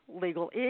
Legal